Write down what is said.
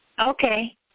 Okay